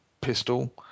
pistol